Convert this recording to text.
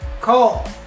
Call